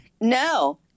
No